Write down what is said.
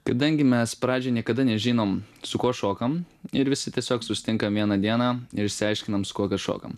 kadangi mes pradžioj niekada nežinom su kuo šokam ir visi tiesiog susitinkam vieną dieną ir išsiaiškinam su kuo kas šokam